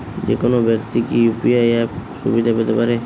যেকোনো ব্যাক্তি কি ইউ.পি.আই অ্যাপ সুবিধা পেতে পারে?